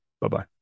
Bye-bye